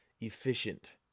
efficient